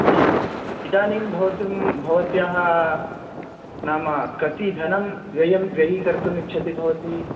अस्तु इदानिं भवत्याः नाम कति धनं व्ययं व्ययीकर्तुमिच्छति भवती